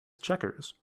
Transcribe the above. checkers